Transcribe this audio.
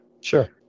sure